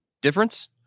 difference